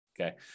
Okay